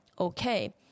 okay